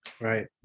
Right